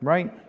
Right